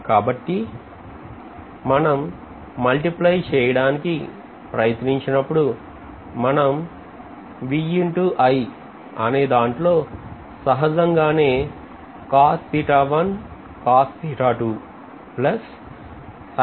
కాబట్టి మనం multiply చేయడానికి ప్రయత్నించినప్పుడు మనం V I అనే దాంట్లో సహజంగానే పొందుతాం